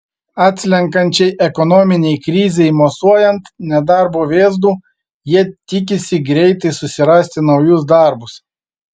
atslenkančiai ekonominei krizei mosuojant nedarbo vėzdu jie tikisi greitai susirasti naujus darbus